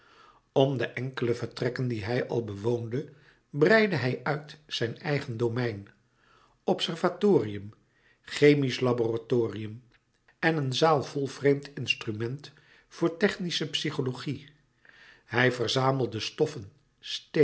om de enkele vertrekken die hij al bewoonde breidde hij uit zijn eigen domein observatorium louis couperus metamorfoze chemisch laboratorium en een zaal vol vreemd instrument voor technische psychologie hij verzamelde stoffen